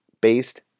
based